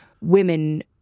women